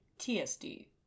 TSD